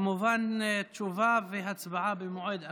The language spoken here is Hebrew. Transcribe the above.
כמובן, תשובה והצבעה במועד אחר,